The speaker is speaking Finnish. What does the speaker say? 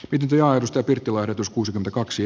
ideoidusta pirtuerät us kuusi kaksi